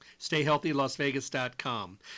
StayHealthyLasVegas.com